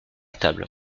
table